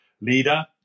leader